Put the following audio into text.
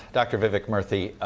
dr. vivek murthy,